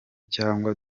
cyangwa